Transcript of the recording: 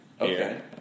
Okay